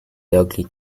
darkly